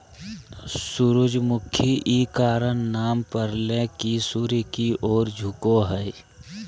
सूरजमुखी इ कारण नाम परले की सूर्य की ओर झुको हइ